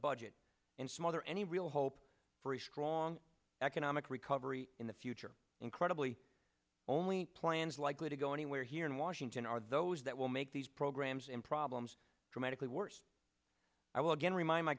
budget and smother any real hope for a strong economic recovery in the future incredibly only plans likely to go anywhere here in washington are those that will make these programs in problems dramatically worse i will again remind my